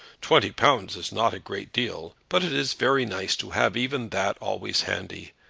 twenty pounds is not a great deal but it is very nice to have even that always handy.